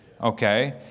okay